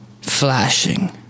Flashing